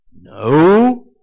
No